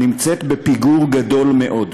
נמצאת בפיגור גדול מאוד.